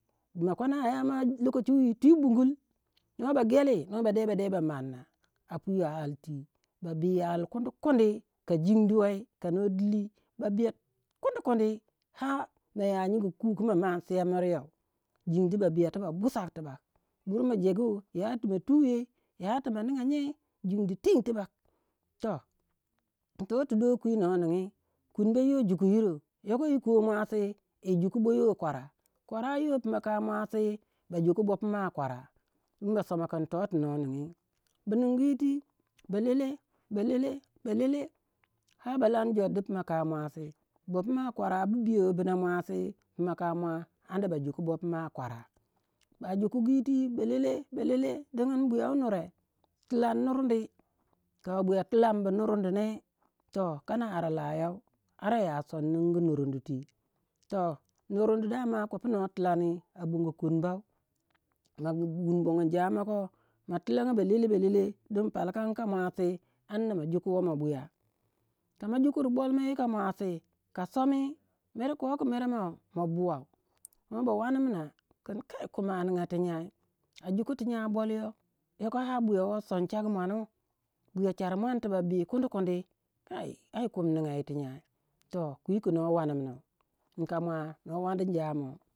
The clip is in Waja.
bimakwana ya ma lokochi wi twi, noh ba geli noh ba noh bade ba manna a pwi a ali twi ba bi ali kundi kundi ka jindi wei, ka noh dili ba biya kundi kundi ar maya nyingi ku ku ma mansei mir you jindi ba biya busak tibak bur ma jegu ya tima tuyoi yati ma ningya nyei jindi teng tibak toh totu dokwi noh ningi kunbayuwa jukuyiro yoko yoh muasi yi juku boyuwa kwara, kwarayou puma ka muasi ba juku bapuma kwara, dingin ba soma kin to tu noh ningi bu ningu yitwi balele belele balele, ar ba lan jor di pumaka muasi bopuma kwara bu biyou buna muasi pumaka mua ba juyuku bopuma kwara, bajuku yitwi belele balele balele dingin buya wunure tilan nurdi ka babuya tilan bu nurdi ne to kana ara layou ara ya son ningi nurundi twi, toh nurundi dama kopu noh tilani a bongo kwumbau ma wunni bongo injamo ko ma tilanga balele balele dingin palaka in muasi amna ma juk womoh buya, kama jukur balmo yika muasi ka somi mer ko ku mere ma buwau noh ba wanmina kin kai kumi ninga ti nyai a juku ti nyai bolyo yoko ar buyawo son chagu muanu buya char muan tibak bi kundin kundi kai ai kumi ninga yir ti nyai toh kwi ki noh wanminau in ka mua noh wanni injamo.